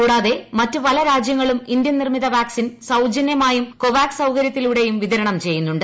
കൂടാതെ മറ്റ് പലരാജ്യങ്ങളും ഇന്ത്യൻ നിർമിത വാക്സിൻ സൌജന്യമായും കോവാക്സ് സൌകര്യത്തിലൂടെയും വിതരണംചെയ്യുന്നുണ്ട്